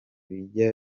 bizajya